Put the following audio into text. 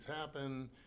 happen